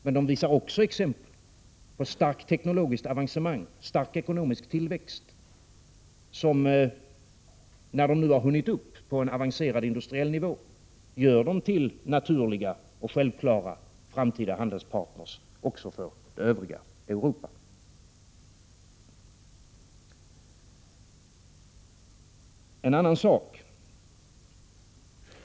Men man visar också exempel på starkt teknologiskt avancemang, på stark ekonomisk tillväxt, som, när man nu har kommit upp på en industriellt avancerad nivå, gör länderna i Östeuropa till naturliga och självklara framtida handelspartner också för övriga Europa. Sedan till en annan sak.